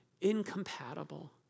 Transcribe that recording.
incompatible